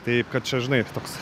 taip kad čia žinai toks